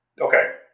Okay